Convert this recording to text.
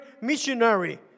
missionary